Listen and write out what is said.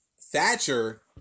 Thatcher